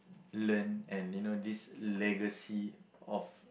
learn and you know this legacy of